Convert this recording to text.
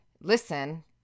listen